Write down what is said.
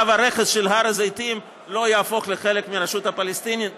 קו הרכס של הר הזיתים לא יהפוך לחלק מהרשות הפלסטינית.